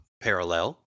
parallel